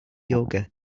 yoga